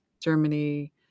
Germany